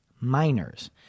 Miners